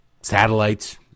satellites